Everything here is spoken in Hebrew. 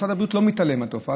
משרד הבריאות לא מתעלם מהתופעה,